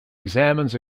examines